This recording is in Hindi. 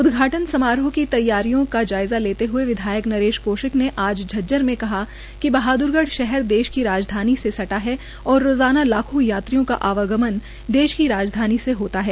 उदघाटन समरोह की तैयारियों का जायज़ा लेते हुए विधायक नरेश कौशिक ने आज झज्जर मे कहा कि बहाद्रगढ़ शहर देश की राजधानी से सटा है और रोज़ाना लाखों यात्रियों का आवागमन देश की राजधानी से होता है